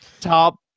top